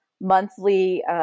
monthly